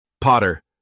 Potter